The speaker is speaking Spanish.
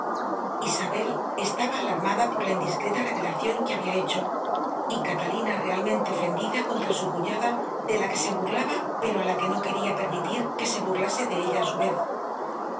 isabel estaba alarmada por la indiscreta revelación que había hecho y catalina realmente ofendida contra su cuñada de la que se burlaba pero a la que no quería permitir que se burlase de ella a su vez